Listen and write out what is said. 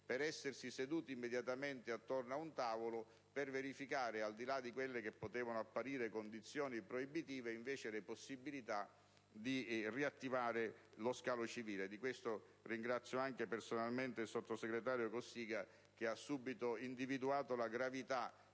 per essersi seduti immediatamente attorno ad un tavolo per verificare, al di là di quelle che potevano apparire condizione proibitive, le possibilità di riattivare lo scalo civile. Per questo voglio ringraziare personalmente anche il sottosegretario Cossiga, che ha subito individuato la gravità